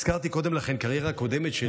הזכרתי קודם לכן את הקריירה הקודמת שלי.